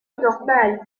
normal